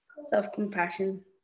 self-compassion